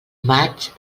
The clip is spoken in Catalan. maig